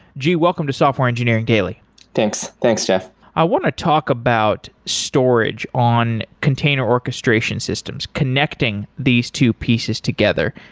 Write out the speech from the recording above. jie, welcome to software engineering daily thanks. thanks, jeff. i want to talk about storage on container orchestration systems, connecting these two pieces together.